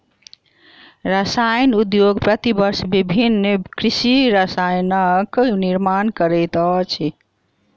रसायन उद्योग प्रति वर्ष विभिन्न कृषि रसायनक निर्माण करैत अछि